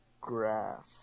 grass